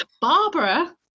Barbara